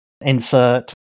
insert